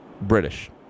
British